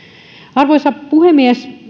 arvoisa puhemies